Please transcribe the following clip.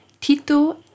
Tito